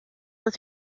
were